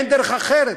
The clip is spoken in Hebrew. אין דרך אחרת.